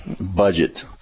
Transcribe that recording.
budget